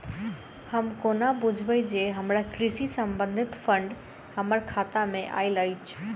हम कोना बुझबै जे हमरा कृषि संबंधित फंड हम्मर खाता मे आइल अछि?